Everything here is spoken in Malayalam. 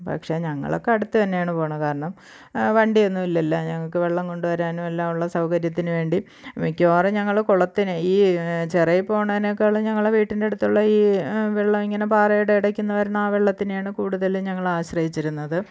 പക്ഷേ ഞങ്ങൾ ഒക്കെ അടുത്തുനിന്ന് തന്നെയാണ് പോവുന്നത് കാരണം വണ്ടി ഒന്നും ഇല്ലല്ലോ ഞങ്ങൾക്ക് വെള്ളം കൊണ്ട് വരാനും എല്ലാം ഉള്ള സൗകര്യത്തിന് വേണ്ടി മിക്കവാറും ഞങ്ങൾ കുളത്തിന് ഈ ചിറയിൽ പോവുന്നതിനേക്കാളും ഞങ്ങള വീട്ടിൻറെ അടുത്തുള്ള ഈ വെള്ളം ഇങ്ങനെ പാറയുടെ ഇടയ്ക്ക് നിന്ന് വരുന്ന ആ വെള്ളത്തിനെയാണ് കൂടുതലും ഞങ്ങൾ ആശ്രയിച്ചിരുന്നത്